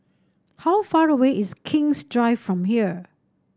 how far away is King's Drive from here